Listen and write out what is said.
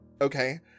Okay